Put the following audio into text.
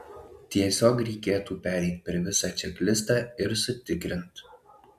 tiesiog reikėtų pereit per visą čeklistą ir sutikrint